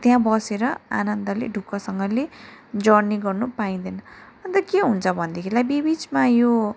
त्यहाँ बसेर आनन्दले ढुक्कसँगले जर्नी गर्नु पाइँदैन अन्त के हुन्छ भन्देखिलाई बिबिचमा यो